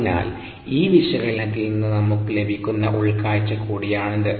അതിനാൽ ഈ വിശകലനത്തിൽ നിന്ന് നമുക്ക് ലഭിക്കുന്ന ഉൾക്കാഴ്ച കൂടിയാണിത്